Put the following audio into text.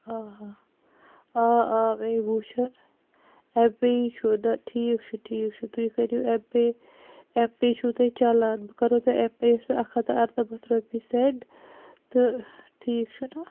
آ آ آ آ مے وچھُن ایٚم پے یی چھُ نہ ٹھیٖک چھُ ٹھیٖک چھُ تُہۍ کٔرو ایٚم پے ایٚم پے چھُو تۄہہِ چَلان بہٕ کرہو تۄہہِ ایٚم پے یَس پٮ۪ٹھ اکھ ہتھ تہٕ ارنَمتھ رۄپیہِ سیٚنڈ تہٕ ٹھیٖک چھُ نہِ